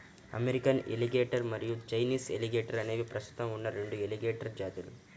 American alligator మరియు Chinese alligator అనేవి ప్రస్తుతం ఉన్న రెండు ఎలిగేటర్ జాతులు